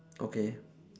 okay